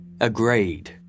agreed